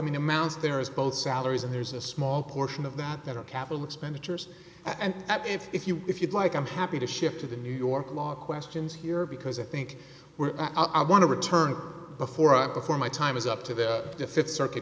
mean amounts there is both salaries and there's a small portion of that that are capital expenditures and if you if you'd like i'm happy to shift to the new york law questions here because i think we're i want to return before i before my time is up to the th circuit